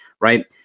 right